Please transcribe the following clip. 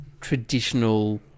traditional